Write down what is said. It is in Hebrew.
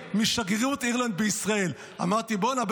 משגרירות אירלנד בישראל מחכה לי אמרתי: בוא'נה,